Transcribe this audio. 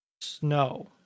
Snow